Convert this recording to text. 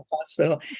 Hospital